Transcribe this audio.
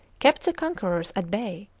kept the conquerors at bay.